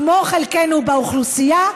כמו חלקנו באוכלוסייה,